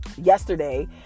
yesterday